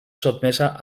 sotmesa